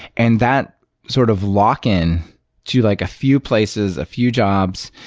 and that sort of lock-in to like a few places, a few jobs,